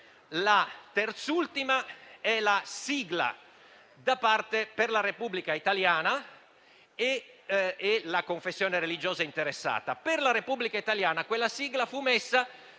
la terzultima è la sigla da parte della Repubblica italiana e della confessione religiosa interessata. Per la Repubblica italiana quella sigla fu messa